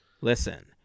listen